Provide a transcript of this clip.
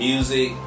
Music